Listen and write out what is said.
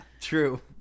true